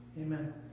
amen